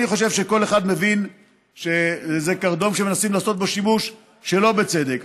אני חושב שכל אחד מבין שזה קרדום שמנסים לעשות בו שימוש שלא בצדק.